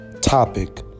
topic